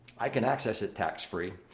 i can access it tax-free.